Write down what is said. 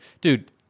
dude